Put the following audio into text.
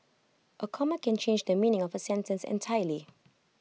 A comma can change the meaning of A sentence entirely